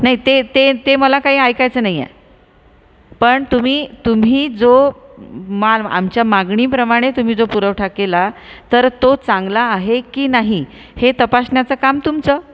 नाही ते ते ते मला काही ऐकायचं नाहीये पण तुम्ही तुम्ही जो माल आमच्या मागणीप्रमाणे तुम्ही जो पुरवठा केला तर तो चांगला आहे की नाही हे तपासण्याचं काम तुमचं